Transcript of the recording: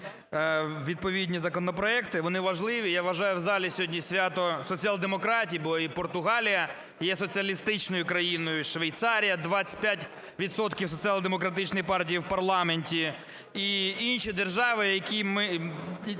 відповідні законопроекти. Вони важливі. Я вважаю, в залі сьогодні свято соціал-демократії, бо і Португалія є соціалістичною країною, і Швейцарія – 25 відсотків Соціал-демократичної партії в парламенті, і інші держави, для яких